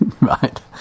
right